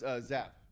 Zap